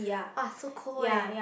[wah] so cold eh